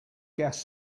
gas